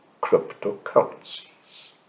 cryptocurrencies